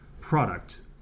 product